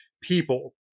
people